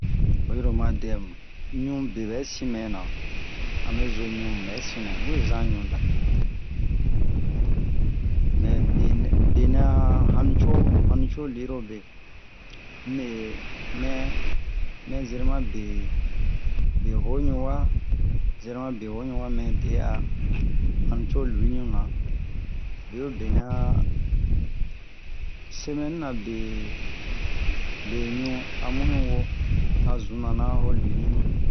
o yiro o ma dɛm ɲu be bɛ sin mɛ na a mɛ zo ɲu n'bɛ sina nwe zan ɲu da mɛ be nɛ hanuco hanuco luro be mɛ mɛ zerema be hoɲu wa zerema be hoɲu wa mɛ de'a hanuco luinu na beo'be nɛ semɛni be ɲu a mu'in wo azunanao luiluinu